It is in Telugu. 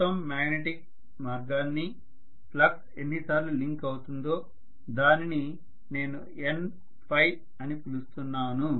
మొత్తం మ్యాగ్నెటిక్ మార్గాన్ని ఫ్లక్స్ ఎన్నిసార్లు లింక్ అవుతోందో దానిని నేను NØ అని పిలుస్తున్నాను